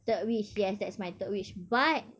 third wish yes that's my third wish but